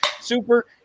Super